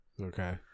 Okay